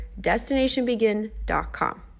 destinationbegin.com